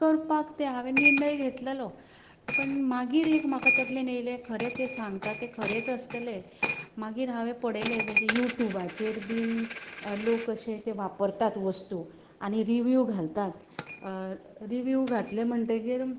करपाक ते हांवें निर्णय घेतलेलो मागीर एक म्हाका तकलेन येयले खरें तें सांगता ते खरेंच आसतले मागीर हांवे पडयले यू ट्यूबाचेर बी लोक अशे ते वापरतात वस्तू आनी रिव्यू घालतात रिव्यू घातले म्हणटगीर